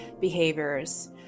behaviors